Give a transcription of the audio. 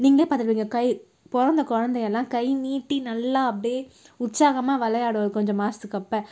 நீங்களே பார்த்துருப்பீங்க கை பிறந்த குழந்தையெல்லாம் கை நீட்டி நல்லா அப்டி உற்சாகமாக விளையாடும் கொஞ்சம் மாதத்துக்கப்ப